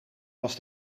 was